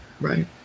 Right